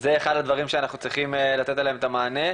זה אחד הדברים שאנחנו צריכים לתת עליהם את המענה,